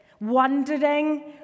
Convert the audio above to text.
wandering